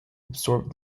absorb